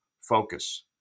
focus